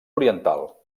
oriental